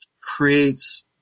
creates